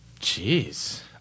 Jeez